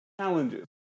challenges